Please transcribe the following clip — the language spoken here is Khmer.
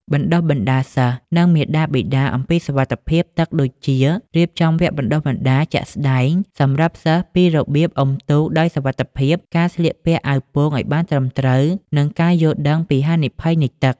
បណ្តុះបណ្តាលសិស្ស និងមាតាបិតាអំពីសុវត្ថិភាពទឹកដូចជា រៀបចំវគ្គបណ្តុះបណ្តាលជាក់ស្តែងសម្រាប់សិស្សពីរបៀបអុំទូកដោយសុវត្ថិភាព ការស្លៀកពាក់អាវពោងឱ្យបានត្រឹមត្រូវ និងការយល់ដឹងពីហានិភ័យនៃទឹក។